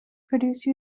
produce